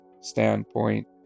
standpoint